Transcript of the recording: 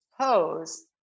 pose